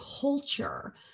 culture